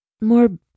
more